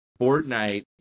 Fortnite